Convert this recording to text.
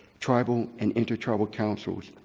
tribal and inter-tribal councils.